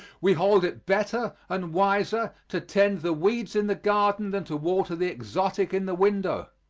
we hold it better and wiser to tend the weeds in the garden than to water the exotic in the window.